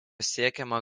siekiama